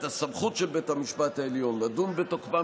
את הסמכות של בית המשפט העליון לדון בתוקפם